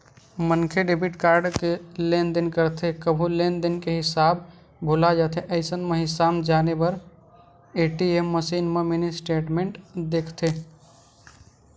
मनखे debit card ले लेनदेन करथे कभू लेनदेन के हिसाब भूला जाथे अइसन म हिसाब जाने बर ए.टी.एम मसीन म मिनी स्टेटमेंट देखथे